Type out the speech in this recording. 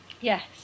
yes